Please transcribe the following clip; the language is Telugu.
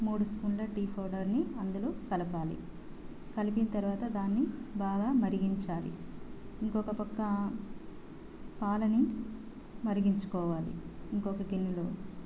మూడు స్పూన్ల టీ పౌడర్ని అందులో కలపాలి కలిపిన తరువాత దాన్ని బాగా మరిగించాలి ఇంకొక పక్క పాలని మరిగించుకోవాలి ఇంకొక గిన్నెలో